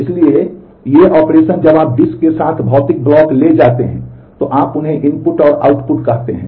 इसलिए ये ऑपरेशन जब आप डिस्क के साथ भौतिक ब्लॉक ले जाते हैं तो आप उन्हें इनपुट और आउटपुट कहते हैं